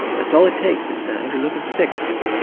that's all it takes is interleukin six.